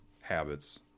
habits